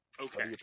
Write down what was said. Okay